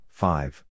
five